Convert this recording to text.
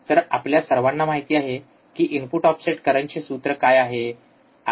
तर आपल्या सर्वांना माहिती आहे की इनपुट ऑफसेट करंटचे सूत्र काय आहे